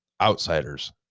outsiders